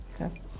Okay